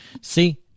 See